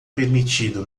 permitido